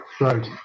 Right